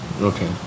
Okay